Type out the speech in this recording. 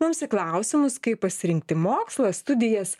mums į klausimus kaip pasirinkti mokslą studijas